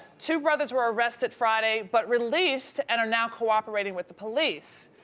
two brothers were arrested friday but released and are now cooperating with the police.